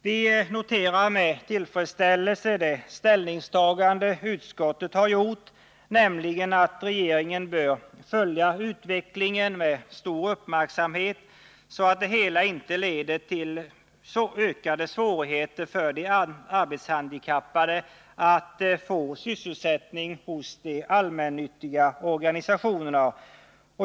Vi noterar med tillfredsställelse det ställningstagande utskottet har gjort, nämligen att regeringen bör följa utvecklingen med stor uppmärksamhet, så att det hela inte leder till ökade svårigheter för de arbetshandikappade att få sysselsättning hos de allmännyttiga organisationerna.